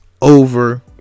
over